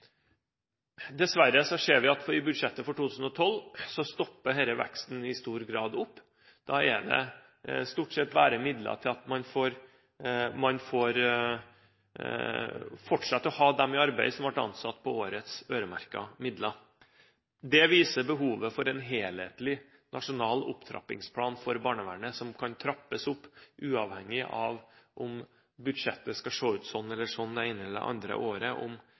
Dessverre ser vi at denne veksten i stor grad stopper opp i budsjettet for 2012. Der er det stort sett bare midler til at man fortsatt kan ha i arbeid dem som ble ansatt på årets øremerkede midler. Det viser behovet for en helhetlig nasjonal opptrappingsplan for barnevernet, en plan som kan trappes opp uavhengig av om budsjettet ser slik eller sånn ut det ene eller andre året,